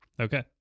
Okay